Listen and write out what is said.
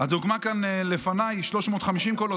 הדוגמה לפניי היא 350 קולות,